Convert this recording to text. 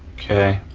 okay.